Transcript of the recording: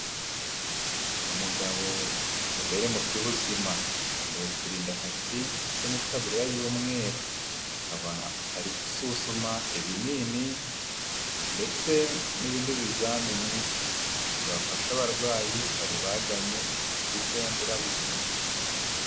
Umugabo, inzobere mu by'ubuzima yambaye uturindantoki ndetse n'itaburiya y'umweru, akaba ari gusuzuma ibinini ndetse n'ibindiibi bizamini bafasha abarwayi bari baganye icyo kigo nderabuzima.